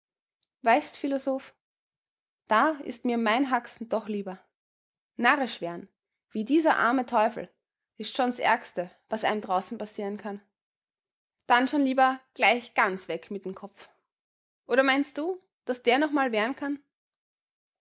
weißt philosoph da ist mir meine hax'n doch lieber narrisch wer'n wie dieser arme teufel is schon s ärgste was ei'm draußen passieren kann dann schon lieber gleich ganz weg mit'n kopf oder meinst du daß der noch mal wer'n kann